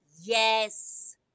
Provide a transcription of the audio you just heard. yes